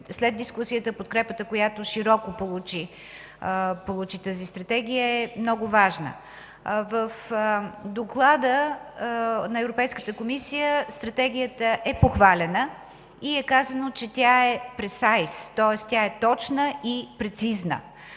след дискусията – подкрепата, която получи Стратегията, е много важна. В Доклада на Европейската комисия Стратегията е похвалена и е казано, че тя е precision, тоест тя е точна и прецизна.